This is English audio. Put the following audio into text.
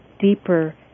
deeper